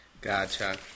Gotcha